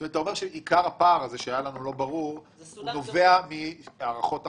אתה אומר שעיקר הפער הזה שהיה לנו לא ברור נובע מהערכות אחרות.